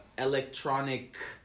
electronic